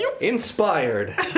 Inspired